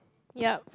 yup